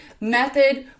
method